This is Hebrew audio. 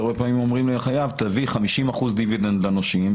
כי הרבה פעמים אומרים לחייב: תביא 50% דיבידנד לנושים,